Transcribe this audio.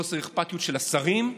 חוסר אכפתיות של השרים.